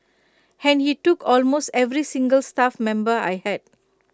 and he took almost every single staff member I had